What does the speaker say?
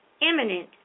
imminent